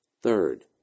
Third